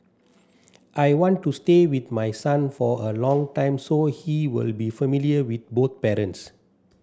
I want to stay with my son for a long time so he will be familiar with both parents